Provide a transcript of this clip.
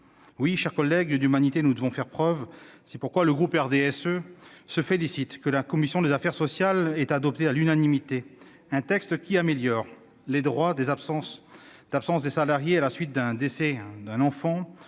Oui, mes chers collègues, nous devons en faire preuve. C'est pourquoi le groupe RDSE se félicite de ce que la commission des affaires sociales ait adopté, à l'unanimité, un texte qui améliore « les droits d'absence des salariés à la suite du décès d'un enfant,